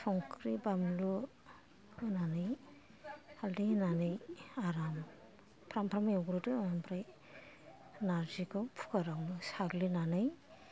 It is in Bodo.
संख्रि बानलु होनानै हालदै होनानै आराम फ्राम फ्राम एवग्रोदो ओमफ्राय नारजिखौ कुखारावनो साग्लिनानै